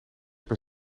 per